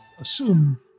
assume